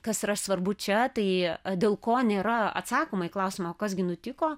kas yra svarbu čia tai dėl ko nėra atsakoma į klausimą o kas gi nutiko